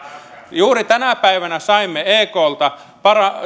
juuri tänä päivänä saimme eklta